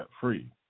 free